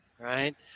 Right